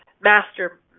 master